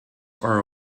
are